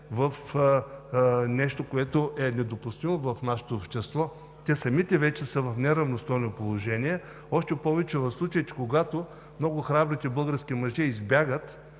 в нещо, което е недопустимо в нашето общество – те самите вече са в неравностойно положение, още повече в случаите, когато много храбрите български мъже избягат,